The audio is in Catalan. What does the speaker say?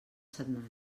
setmana